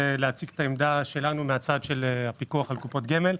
ולהציג את העמדה שלנו מהצד של הפיקוח על קופות גמל.